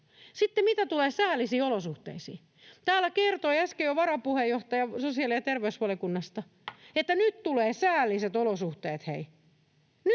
Sitten mitä tulee säällisiin olosuhteisiin, täällä kertoi äsken jo varapuheenjohtaja sosiaali- ja terveysvaliokunnasta, että nyt tulee säälliset olosuhteet,